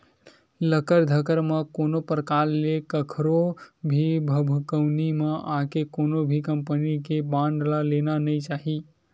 लकर धकर म कोनो परकार ले कखरो भी भभकउनी म आके कोनो भी कंपनी के बांड ल लेना नइ चाही